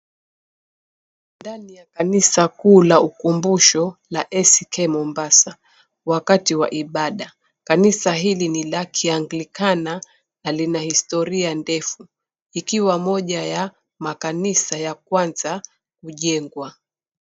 Ndani ya kanisa kuu la ukumbusho la ACK Mombasa wakati wa ibada. Kanisa hili ni la kianglikana na lina historia ndefu ikiwa mmoja ya makanisa ya kwanza kujengwa.